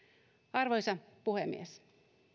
arvoisa puhemies